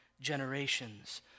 generations